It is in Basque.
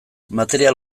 material